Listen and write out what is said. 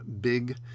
big